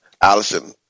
Allison